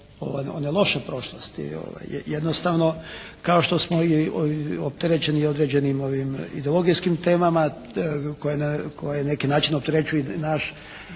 one loše prošlosti. Jednostavno kao što smo opterećeni određenim ovim ideologijskim temama koje na neki način opterećuju našu